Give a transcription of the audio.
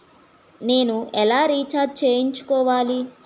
నేను ఎలా రీఛార్జ్ చేయించుకోవాలి?